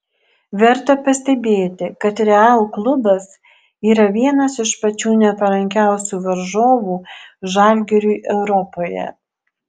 verta pastebėti kad real klubas yra vienas iš pačių neparankiausių varžovų žalgiriui europoje